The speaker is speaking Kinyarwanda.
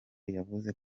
yavuze